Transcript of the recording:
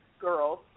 girls